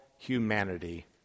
Humanity